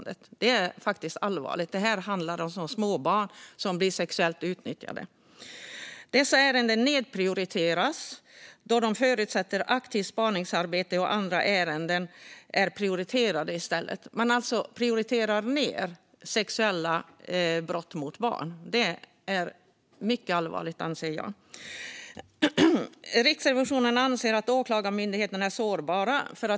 Det är faktiskt allvarligt - det här handlar alltså om småbarn som blir sexuellt utnyttjade. Dessa ärenden nedprioriteras då de förutsätter aktivt spaningsarbete och då andra ärenden är prioriterade i stället. Man prioriterar alltså ned sexuella brott mot barn. Det är mycket allvarligt, anser jag. Riksrevisionen anser att Åklagarmyndigheten är sårbar.